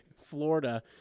Florida—